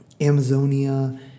Amazonia